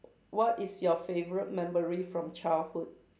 what is your favorite memory from childhood